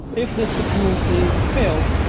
if this dependency failed,